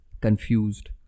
confused